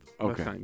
Okay